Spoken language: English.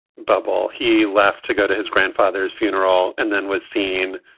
bob, all he left to go to his grandfather's funeral and then was seen.